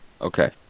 Okay